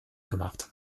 gemacht